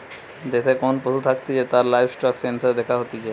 দেশে কোন পশু থাকতিছে তার লাইভস্টক সেনসাস দ্যাখা হতিছে